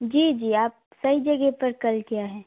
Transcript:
जी जी आप सही जगह पर कल क्या है